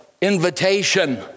invitation